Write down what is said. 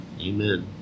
Amen